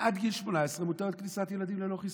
עד גיל 18 מותרת כניסת ילדים ללא חיסון.